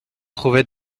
trouvait